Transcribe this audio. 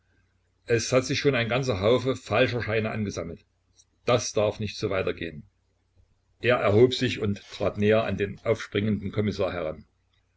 es hat sich schon ein ganzer haufe falscher scheine angesammelt das darf nicht so weiter gehen er erhob sich und trat näher an den aufspringenden kommissar heran